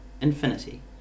infinity